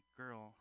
girl